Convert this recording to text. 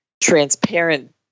transparent